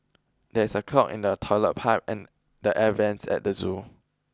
there is a clog in the toilet pipe and the air vents at the zoo